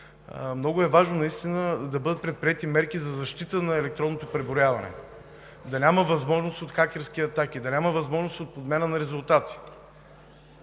много е важно да бъдат предприети мерки за защита на електронното преброяване – да няма възможност за хакерски атаки, да няма възможност от подмяна на резултати.